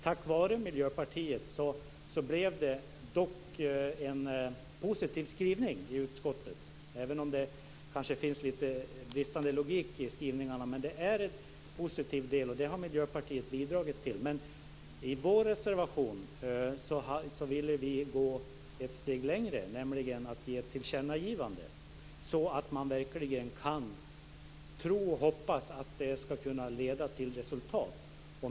Tack vare Miljöpartiet blev det dock en positiv skrivning i utskottet, även om det kanske finns lite bristande logik i skrivningarna. Men det är en positiv del och det har Miljöpartiet bidragit till. Men i vår reservation ville vi gå ett steg längre, nämligen göra ett tillkännagivande, så att man verkligen kan tro och hoppas att det ska kunna leda till resultat.